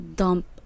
dump